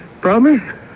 Promise